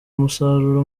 musaruro